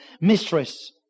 mistress